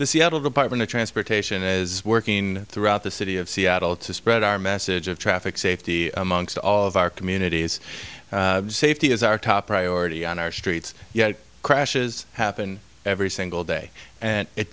the seattle department to try asportation is working throughout the city of seattle to spread our message of traffic safety amongst all of our communities safety is our top priority on our streets yet crashes happen every single day and it